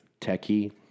techie